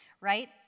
right